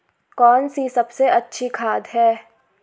कौन सी सबसे अच्छी खाद है?